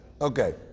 Okay